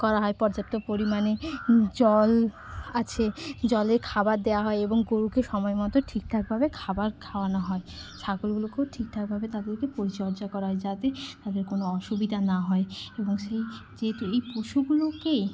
করা হয় পর্যাপ্ত পরিমাণে জল আছে জলে খাবার দেওয়া হয় এবং গরুকে সময় মতো ঠিক ঠাকভাবে খাবার খাওয়ানো হয় ছাগলগুলোকেও ঠিক ঠাকভাবে তাদেরকে পরিচর্যা করা হয় যাতে তাদের কোনও অসুবিধা না হয় এবং সেই যেহেতু এই পশুগুলোকেই